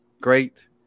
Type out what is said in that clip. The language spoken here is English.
great